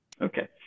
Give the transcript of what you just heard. Okay